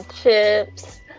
Chips